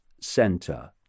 center